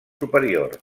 superior